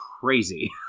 crazy